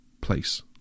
Place